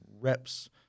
reps